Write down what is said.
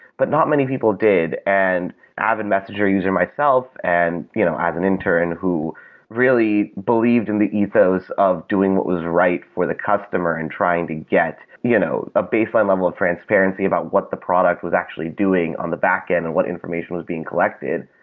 but not many people did, and an avid messenger user myself, and you know i have an intern who really believed in the ethos of doing what was right for the customer and trying to get you know a baseline level of transparency about what the product was actually doing on the backend and what information being collected.